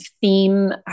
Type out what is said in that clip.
theme